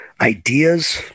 ideas